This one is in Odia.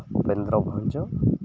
ଉପେନ୍ଦ୍ର ଭଞ୍ଜ